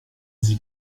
sie